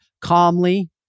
Calmly